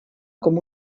com